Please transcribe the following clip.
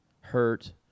hurt